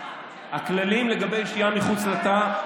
הכללים לגבי שהייה מחוץ לתא,